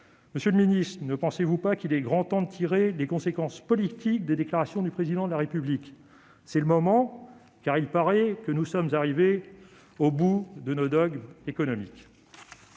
Monsieur le ministre, ne pensez-vous pas qu'il est grand temps de tirer les conséquences politiques des déclarations du Président de la République ? C'est le moment, puisqu'il paraît que nous sommes arrivés « au bout de nos dogmes économiques